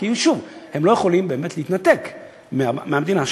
שוב, כי הם לא יכולים באמת להתנתק מהמדינה שלהם.